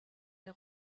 der